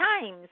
times